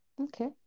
Okay